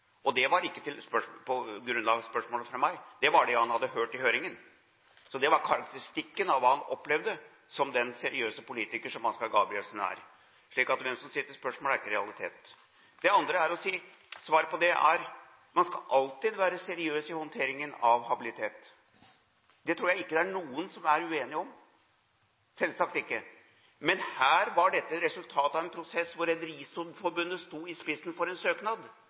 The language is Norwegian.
og det var ikke på grunnlag av spørsmålet fra meg, det var på grunnlag av det han hadde hørt i høringen. Det var karakteristikken av det han opplevde, som den seriøse politiker Ansgar Gabrielsen er. Så hvem som stilte spørsmålet, er ikke realiteten. Det andre jeg vil si, er: Man skal alltid være seriøs i håndteringen av habilitet. Det tror jeg ikke det er noen som er uenig i – selvsagt ikke. Men her var dette et resultat av en prosess hvor Rederiforbundet sto i spissen for en søknad,